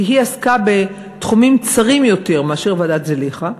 כי היא עסקה בתחומים צרים יותר מאשר ועדת זליכה,